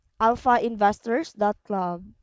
alphainvestors.club